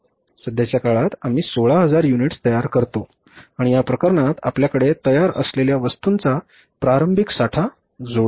सध्याच्या काळात आम्ही 16000 युनिट्स तयार करतो आणि या प्रकरणात आपल्याकडे तयार असलेल्या वस्तूंचा प्रारंभिक साठा जोडा